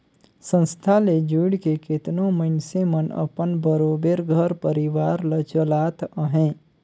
संस्था ले जुइड़ के केतनो मइनसे मन अपन बरोबेर घर परिवार ल चलात अहें